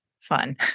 Fun